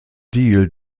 deal